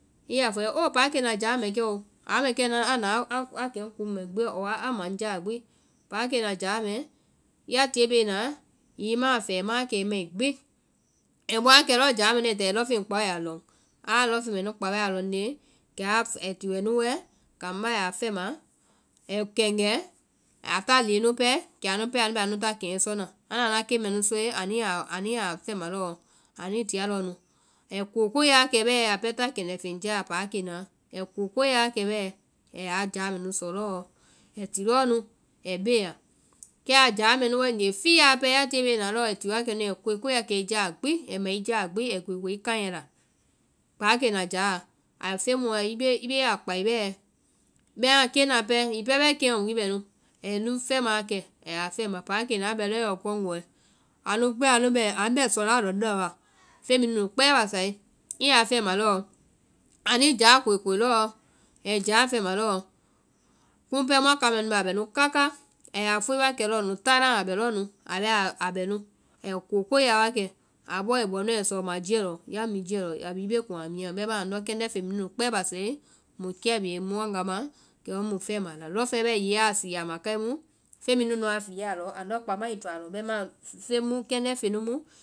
Kɛ ya fɔ yɔ oo páakena jáa mɛ kɛ oo, aa mɛ kɛ a nu a kɛ ŋ kuŋ mɛɔ gbi, ɔɔ a ma ŋ jáa gbi. Páakena jáa mɛ ya tie bee na hiŋi i ma a fɛɛ ai ma wa kɛ i mai gbi. ai bɛ wa kɛ lɔɔ jáa mɛnuɔ ai táa ai lɔŋfeŋ kpao ai ya lɔŋ, aa lɔŋ mɛ nu kpaoe aa lɔŋnde, kɛ a fu- ai ti wa nu wɛ kambá ya a fɛmaa, ai kɛŋgɛɛ, a ta leŋɛ nu pɛɛ kɛ anu pɛɛ bɛ anu ta keŋɛ sɔ na. Anda anuã keŋ mɛ nu sɔe, ani ya anu ya a fɛma lɔɔ, anuĩ tia lɔɔ nu. ai kokoya kɛ bɛɛ, a pɛɛ ta kɛndɛ́ feŋ jáa, páakenaa, ai kokoya kɛ bɛɛ, ai yaa jáa mɛnu sɔ lɔɔ, ɛɛ ti lɔɔ nu ɛe bea. Kɛ a jáa mɛnu wáegee, fiya pɛɛ ya tie bee na lɔɔ ai ti wa kɛ nu, koekoe wa kɛ i jáa gbi, ai ma i jáa gbi ai koekoe i kaŋɛ la. Páakena jáa, a- feŋ mu aa i bee a kpae bɛɛ, bɛimaã keŋna pɛɛ, hiŋi pɛɛ bɛɛ keŋɔ mu i bɛ nu, ɛi nu fɛma wa kɛ, ɛi yɛ fɛma, páakenaã bɛ lɔɔ yɔ kɔngɔɛ, amu gbi amu bɛ sɔna lɔndɔ́ɛ wa. Feŋ bee nu nu kpɛɛ basae, i ya fɛma lɔɔ, anuĩ jáa koekoe lɔɔ, ai jáa fɛma lɔɔ, kumu pɛɛ muã kaŋ mɛɛ bɛ a bɛ nu kákáa. A yaa fue wa kɛ lɔɔ nu tálaŋ a lɔɔ nu, a bɛ a- a bɛ nu, ai koko ya wa kɛ, a bɔɔ ai bɔ nu ai sɔma jiɛ lɔ, ya mi jiɛ lɔ, a bhii i be kuŋ a mia, bɛimaã andɔ kɛndɛ́ feŋ bhii nu nu kpɛɛ basae muĩ kia bii mu wanga ma, kɛ mu nuĩ fɛma a ma a la. Lɔŋfeŋɛ bɛɛ hiŋi ya a sii a ma káe mu, fɛŋ bhii nunu a fia a lɔ, andɔ kpã ma i toa lɔŋ, bɛimaã feŋ mu, kɛndɛ́ feŋ nu mu